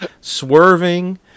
swerving